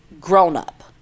grown-up